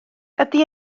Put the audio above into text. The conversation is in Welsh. ydi